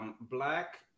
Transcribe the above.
black